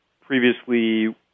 previously